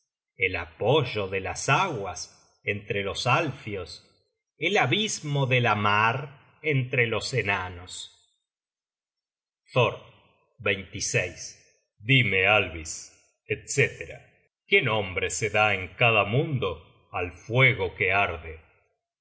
el apoyo de las aguas entre los alfios el abismo de la mar entre los enanos thor dime alvis etc qué nombre se da en cada mundo al fuego que arde